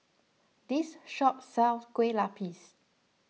this shop sells Kueh Lapis